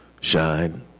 shine